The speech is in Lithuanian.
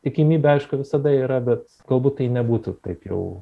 tikimybė aišku visada yra bet galbūt tai nebūtų taip jau